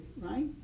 right